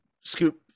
scoop